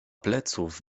pleców